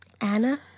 Anna